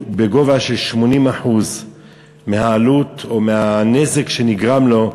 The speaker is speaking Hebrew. בגובה של 80% מהעלות או מהנזק שנגרם לו,